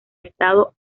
estado